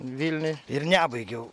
vilniuj ir nebaigiau